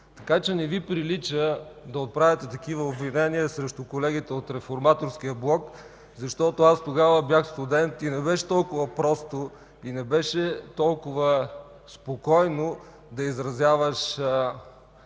Така че не Ви прилича да отправяте такива обвинения срещу колегите от Реформаторския блок, защото тогава бях студент и не беше толкова просто, и не беше толкова спокойно да изразяваш